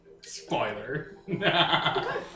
Spoiler